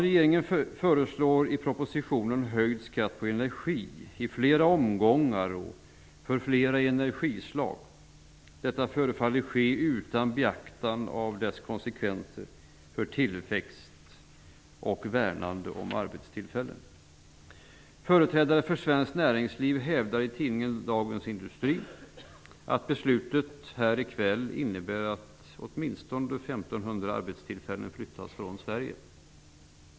Regeringen föreslår i propositionen en höjning av skatten på energi i flera omgångar och för flera energislag. Regeringen förefaller inte ha beaktat förslagets konsekvenser för tillväxt och värnande om arbetstillfällen. Företrädare för svenskt näringsliv hävdar i tidningen Dagens Industri att beslutet skulle innebära att åtminstone 1 500 arbetstillfällen flyttas från Sverige.